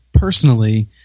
Personally